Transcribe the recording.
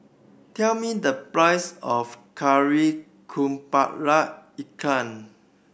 tell me the price of Kari Kepala Ikan